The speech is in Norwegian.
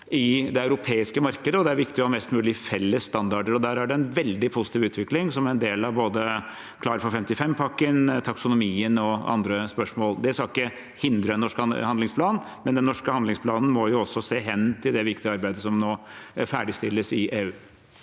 i det europeiske markedet, og det er viktig å ha mest mulig felles standarder. Der er det en veldig positiv utvikling, som en del av både Klar for 55-pakken, taksonomien og andre spørsmål. Det skal ikke hindre en norsk handlingsplan, men den norske handlingsplanen må også se hen til det viktige arbeidet som nå ferdigstilles i EU.